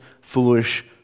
foolish